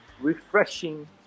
refreshing